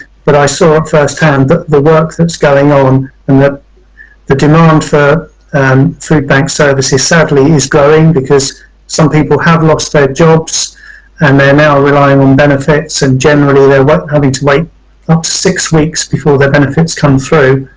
but i saw first hand the the work that's going on and the the demand for and food bank services sadly is growing because some people have lost their jobs and they are now relying on benefits and generally they are but having to wait up to six weeks before their benefits come through.